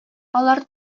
алар